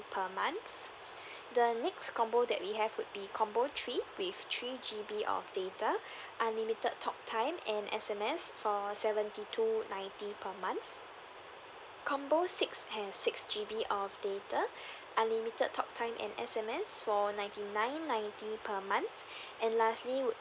per month the next combo that we have would be combo three with three G_B of data unlimited talk time and S_M_S for seventy two ninety per month combo six has six G_B of data unlimited talk time and S_M_S for ninety nine ninety per month and lastly would